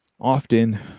often